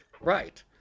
right